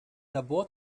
labor